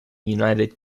united